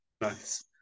nice